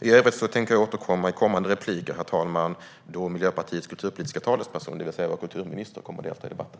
I övrigt tänker jag återkomma i kommande repliker, herr talman, när Miljöpartiets kulturpolitiska talesperson, det vill säga vår kulturminister, kommer att delta i debatten.